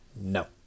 No